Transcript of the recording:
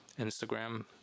Instagram